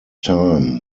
time